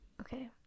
Okay